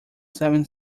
seven